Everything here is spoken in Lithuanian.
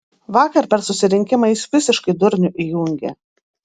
vakar per susirinkimą jis visiškai durnių įjungė